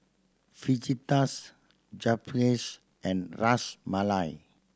Fajitas Japchae and Ras Malai